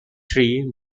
tree